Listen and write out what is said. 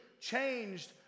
changed